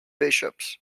bishops